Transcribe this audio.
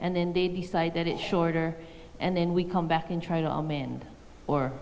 and then they decide that it shorter and then we come back and try to amend or